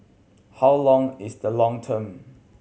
how long is the long term